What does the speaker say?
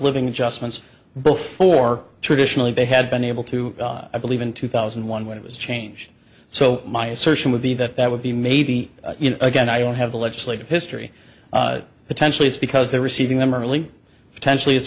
living adjustments both for traditionally they had been able to i believe in two thousand and one when it was changed so my assertion would be that that would be maybe you know again i don't have a legislative history potentially it's because they're receiving them early potentially i